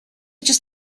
just